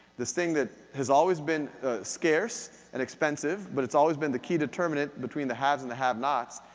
this thing that has always been scarce and expensive, but it's always been the key determinant between the haves and the have nots,